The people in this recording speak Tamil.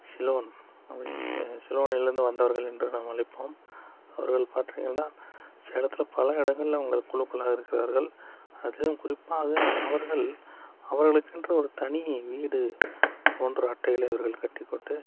சிலோன் அப்படினு சிலோனில் இருந்து வந்தவர்கள் என்று நாம் அழைப்போம் அவர்கள் பாத்திங்கனா சேலத்தில் பல இடங்கள்ல அவங்கள் குழுக்களா இருக்கிறார்கள் அதுலேயும் குறிப்பாக அவர்கள் அவர்களுக்கென்று ஒரு தனி வீடு போன்ற அட்டைகளை அவர்கள் கட்டி கொண்டு